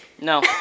No